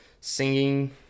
singing